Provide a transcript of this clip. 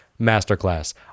masterclass